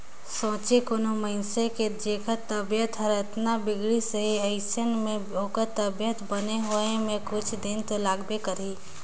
सोंचे कोनो मइनसे के जेखर तबीयत हर अतना बिगड़िस हे अइसन में ओखर तबीयत बने होए म कुछ दिन तो लागबे करही